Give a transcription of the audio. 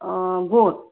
অঁ গোট